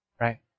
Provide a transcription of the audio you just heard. right